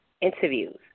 interviews